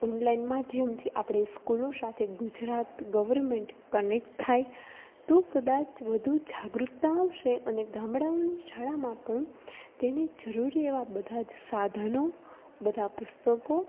online માધ્યમથી આપણે સ્કૂલો સાથે ગુજરાત ગવર્મેન્ટ કનેક્ટ થાય તો કદાચ વધુ જાગૃતતા આવશે અને ગામડાઓની શાળામાં પણ તેને જરૂરી એવા બધા જ સાધનો બધા પુસ્તકો